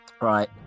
Right